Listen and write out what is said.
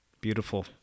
Beautiful